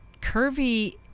Curvy